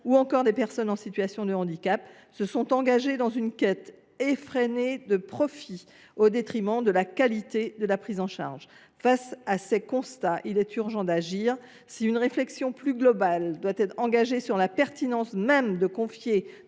ou encore des personnes en situation de handicap, se sont lancés dans une quête effrénée du profit au détriment de la qualité de la prise en charge. Face à ce constat, il est urgent d’agir. Si une réflexion plus globale doit être engagée sur la pertinence même de confier